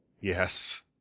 Yes